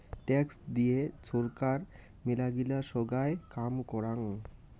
tax দিয়ে ছরকার মেলাগিলা সোগায় কাম করাং